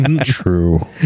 True